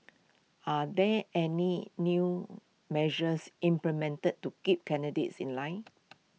are there any new measures implemented to keep candidates in line